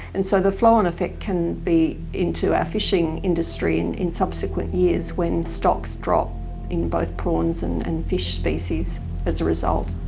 and so the flow-on effect can be into our fishing industry and in subsequent years, when stocks drop in both prawns and and fish species as a result.